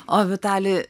o vitali